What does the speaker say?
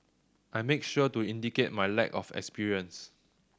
I make sure to indicate my lack of experience